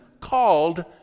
called